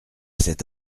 cet